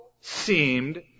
seemed